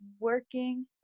working